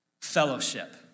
fellowship